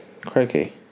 Crikey